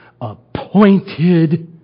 appointed